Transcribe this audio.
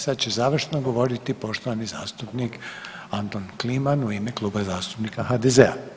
Sad će završno govoriti poštovani zastupnik Anton Kliman u ime Kluba zastupnika HDZ-a.